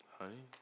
Honey